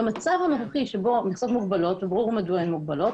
במצב הנוכחי שבו המכסות מוגבלות וברור מדוע הן מוגבלות